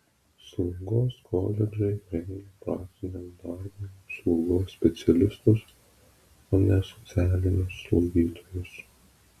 slaugos koledžai rengia praktiniam darbui slaugos specialistus o ne socialinius slaugytojus